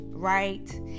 right